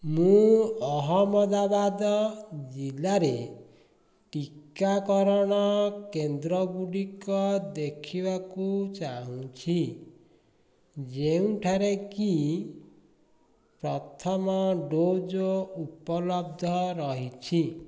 ମୁଁ ଅହମ୍ମଦାବାଦ ଜିଲ୍ଲାରେ ଟିକାକରଣ କେନ୍ଦ୍ର ଗୁଡ଼ିକ ଦେଖିବାକୁ ଚାହୁଁଛି ଯେଉଁଠାରେ କି ପ୍ରଥମ ଡୋଜ୍ ଉପଲବ୍ଧ ରହିଛି